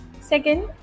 second